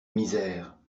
misère